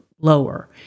lower